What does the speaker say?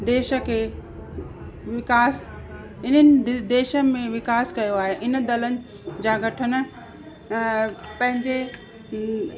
देश खे विकास इन्हनि देशनि में विकास कयो आहे इन दलनि जा गठन पंहिंजे